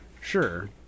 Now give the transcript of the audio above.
sure